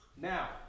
Now